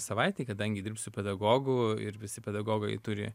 savaitėj kadangi dirbsiu pedagogu ir visi pedagogai turi